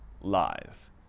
lies